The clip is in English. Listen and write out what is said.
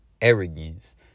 arrogance